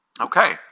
Okay